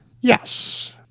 Yes